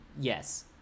Yes